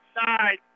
side